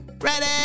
ready